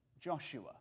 Joshua